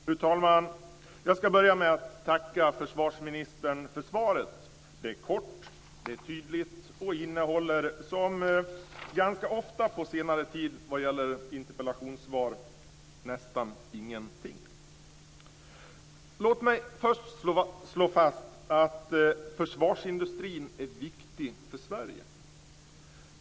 Fru talman! Jag ska börja med att tacka försvarsministern för svaret. Det är kort, det är tydligt och det innehåller - som ganska ofta på senare tid vad gäller interpellationssvar - nästan ingenting. Låt mig först slå fast att försvarsindustrin är viktig för Sverige.